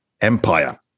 Empire